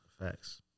Facts